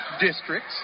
Districts